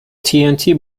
tnt